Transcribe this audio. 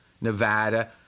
Nevada